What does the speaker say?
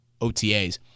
OTAs